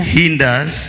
hinders